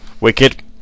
Wicked